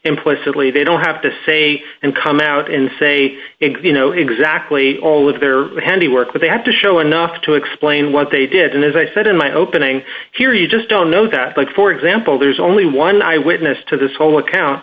implicitly they don't have to say and come out and say you know exactly all of their handiwork but they have to show enough to explain what they did and as i said in my opening here you just don't know that but for example there's only one eyewitness to this whole account